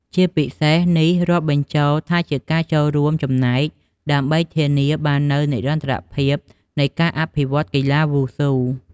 ជាពិសេនេះរាប់បញ្ចូលថាជាការចូលរួមចំណែក ដើម្បីធានាបាននូវនិរន្តរភាពនៃការអភិវឌ្ឍន៍កីឡាវ៉ូស៊ូ។